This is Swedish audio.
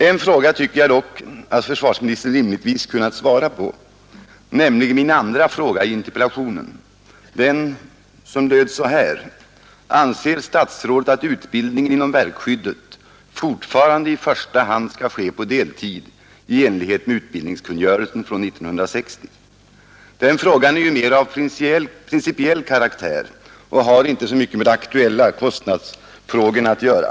En fråga tycker jag dock att försvarsministern rimligtvis kunnat svara på, nämligen min andra fråga i interpellationen, den som löd så här: Anser statsrådet att utbildningen inom verkskyddet fortfarande i första hand skall ske på deltid i enlighet med utbildningskungörelsen från 1960? Den frågan är ju mera av principiell karaktär och har inte så mycket med de aktuella kostnadsfrågorna att göra.